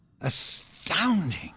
Astounding